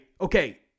okay